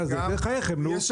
בחייכם, נו.